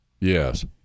Yes